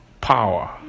power